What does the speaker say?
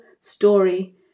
story